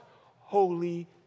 Holy